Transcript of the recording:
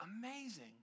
amazing